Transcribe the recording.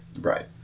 Right